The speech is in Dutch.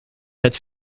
het